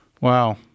Wow